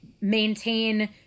maintain